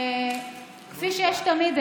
כפי שיש תמיד,